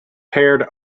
paired